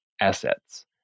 assets